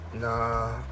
Nah